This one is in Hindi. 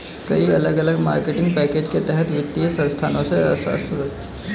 कई अलग अलग मार्केटिंग पैकेज के तहत वित्तीय संस्थानों से असुरक्षित ऋण उपलब्ध हो सकते हैं